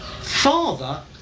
Father